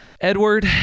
Edward